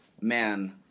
man